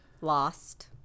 Lost